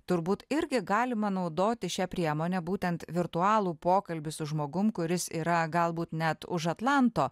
turbūt irgi galima naudoti šią priemonę būtent virtualų pokalbį su žmogumi kuris yra galbūt net už atlanto